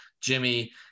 Jimmy